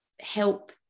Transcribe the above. help